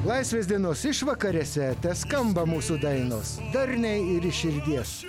laisvės dienos išvakarėse teskamba mūsų dainos darniai ir širdies